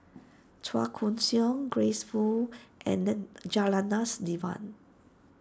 Chua Koon Siong Grace Fu and Janadas Devan